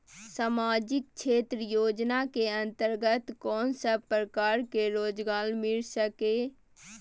सामाजिक क्षेत्र योजना के अंतर्गत कोन सब प्रकार के रोजगार मिल सके ये?